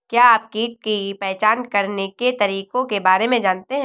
क्या आप कीट की पहचान करने के तरीकों के बारे में जानते हैं?